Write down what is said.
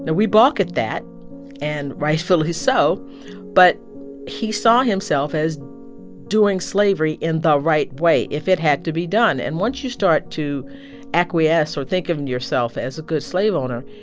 and we balk at that and rightfully so but he saw himself as doing slavery in the right way, if it had to be done. and once you start to acquiesce or think of yourself as a good slave owner,